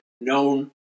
known